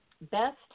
best